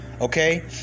okay